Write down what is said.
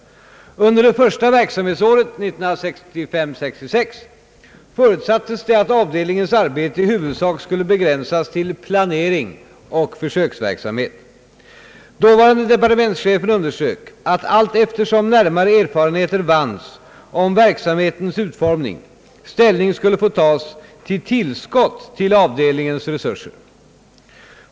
Under det första verksamhetsåret 1965/66 förutsattes det att avdelningens arbete i huvudsak skulle begränsas till planering och försöksverksamhet. Dåvarande departementschefen underströk att, allteftersom närmare erfarenheter vanns om verksamhetens utformning, ställning skulle få tas till tillskott till avdelningens resurser.